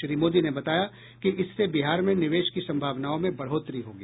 श्री मोदी ने बताया कि इससे बिहार में निवेश की सम्भावनाओं में बढ़ोतरी होगी